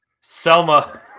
Selma